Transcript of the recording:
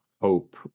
hope